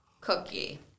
Cookie